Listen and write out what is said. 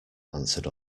answered